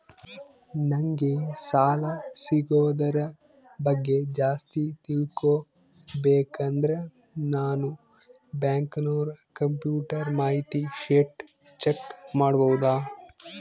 ನಂಗೆ ಸಾಲ ಸಿಗೋದರ ಬಗ್ಗೆ ಜಾಸ್ತಿ ತಿಳಕೋಬೇಕಂದ್ರ ನಾನು ಬ್ಯಾಂಕಿನೋರ ಕಂಪ್ಯೂಟರ್ ಮಾಹಿತಿ ಶೇಟ್ ಚೆಕ್ ಮಾಡಬಹುದಾ?